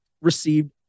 received